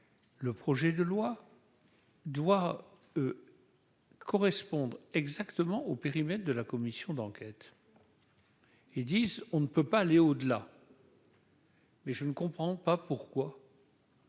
le projet de loi. Doit. Correspondent exactement au périmètre de la commission d'enquête. Ils disent : on ne peut pas aller au-delà. Mais je ne comprends pas pourquoi.